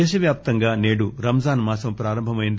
దేశవ్యాప్తంగా నేడు రంజాన్ మాసం ప్రారంభమైంది